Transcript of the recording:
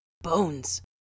Bones